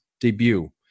Debut